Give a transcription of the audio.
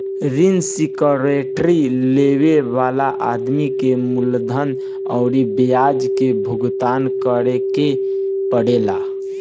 ऋण सिक्योरिटी लेबे वाला आदमी के मूलधन अउरी ब्याज के भुगतान करे के पड़ेला